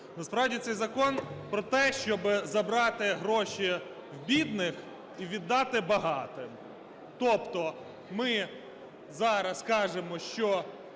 Насправді цей закон про те, щоби забрати гроші в бідних і віддати багатим. Тобто ми зараз кажемо, що